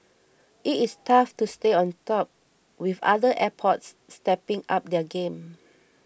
it it tough to stay on top with other airports stepping up their game